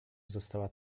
została